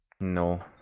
no